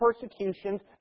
persecutions